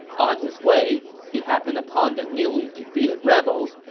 on his way, he happened upon the newly defeated rebels,